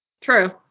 True